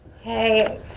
Hey